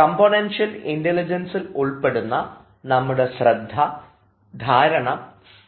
componential ഇൻറലിജൻസിൽ ഉൾപ്പെടുന്ന നമ്മുടെ ശ്രദ്ധ ധാരണ